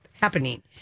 happening